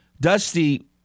Dusty –